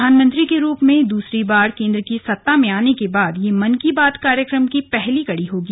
प्रधानमंत्री के रूप में दूसरी बार केंद्र की सत्ता में आने के बाद यह मन की बात कार्यक्रम की पहली कड़ी होगी